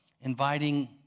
inviting